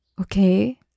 Okay